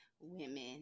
women